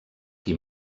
qui